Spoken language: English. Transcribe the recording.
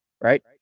right